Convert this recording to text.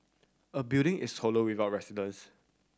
a building is hollow without residents